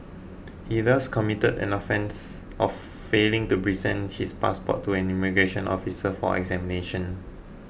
he thus committed an offence of failing to present his passport to an immigration officer for examination